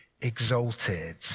exalted